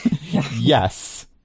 Yes